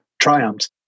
triumphs